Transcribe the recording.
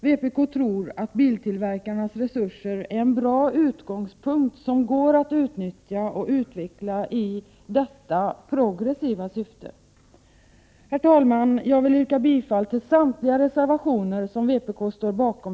Vpk tror att biltillverkarnas resurser är en bra utgångspunkt som går att utnyttja och utveckla i detta progressiva syfte. Herr talman! Jag vill yrka bifall till samtliga de reservationer till betänkandet som vpk står bakom.